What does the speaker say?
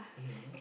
mmhmm